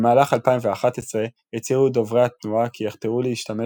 במהלך 2011 הצהירו דוברי התנועה כי יחתרו להשתמש